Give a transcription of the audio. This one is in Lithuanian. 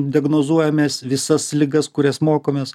diagnozuojamės visas ligas kurias mokomės